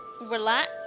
relax